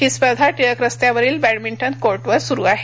ही स्पर्धा टिळक रस्त्यावरील बॅडमिंटन कोर्टवर सुरु आहे